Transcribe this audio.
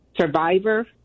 survivor